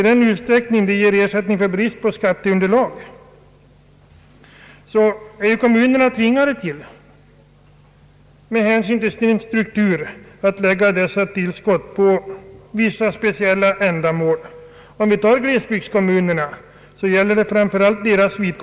Emellertid är de glesbygdskommuner som får skatteutjämningsbidrag i regel tvingade att använda dessa tillskott för vissa speciella ändamål.